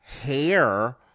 hair